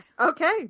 Okay